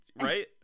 right